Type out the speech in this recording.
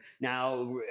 now